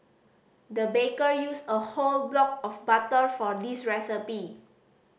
the baker used a whole block of butter for this recipe